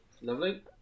Lovely